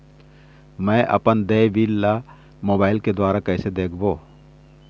मैं अपन देय बिल ला मोबाइल के द्वारा कइसे देखबों?